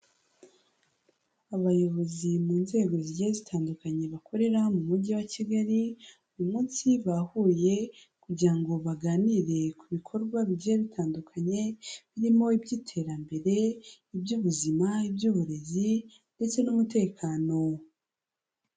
Abayobozi mu nzego zigiye zitandukanye bakorera mu mujyi wa Kigali, uyu munsi bahuye kugira ngo baganire ku bikorwa bigiye bitandukanye birimo iby'iterambere, iby'ubuzima, iby'uburezi ndetse n'umutekano.